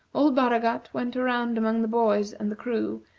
old baragat went around among the boys and the crew,